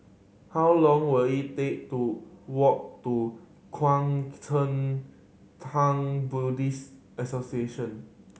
how long will it take to walk to Kuang Chee Tng Buddhist Association